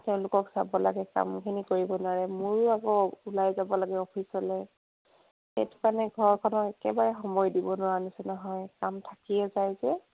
তেওঁলোকক চাব লাগে কামখিনি কৰিব নোৱাৰে মোৰো আকৌ ওলাই যাব লাগে অফিচলৈ সেইটো কাৰণে ঘৰখনত একেবাৰে সময় দিব নোৱাৰা নিচিনা হয় কাম থাকিয়ে যায় যে